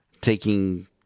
taking